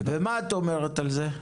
מה את אומרת על זה?